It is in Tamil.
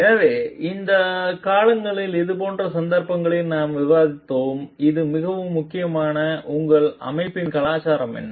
எனவே கடந்த காலங்களில் இதுபோன்ற சந்தர்ப்பங்களில் நாம் விவாதித்தோம் இது மிகவும் முக்கியமானது உங்கள் அமைப்பின் கலாச்சாரம் என்ன